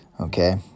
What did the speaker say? Okay